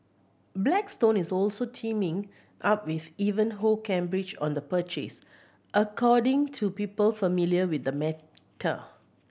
blackstone is also teaming up with Ivanhoe Cambridge on the purchase according to people familiar with the matter